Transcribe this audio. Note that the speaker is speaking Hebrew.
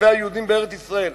כלפי היהודים בארץ-ישראל.